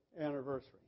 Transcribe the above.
anniversary